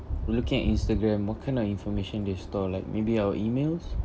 looking at instagram what kind of information they store like maybe our emails